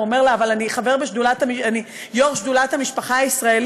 הוא אומר לה: אבל אני יו"ר שדולת המשפחה הישראלית.